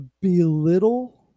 belittle